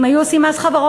אם היו עושים מס חברות